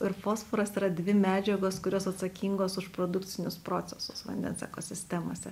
ir fosforas yra dvi medžiagos kurios atsakingos už produkcinius procesus vandens ekosistemose